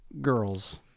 girls